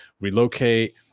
relocate